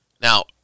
Now